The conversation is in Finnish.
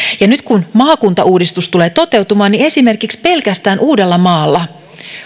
ja nyt kun maakuntauudistus tulee toteutumaan esimerkiksi pelkästään uudellamaalla